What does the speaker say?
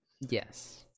yes